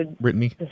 Brittany